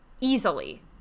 easily